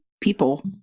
people